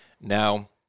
Now